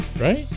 Right